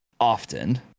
often